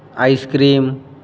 ice cream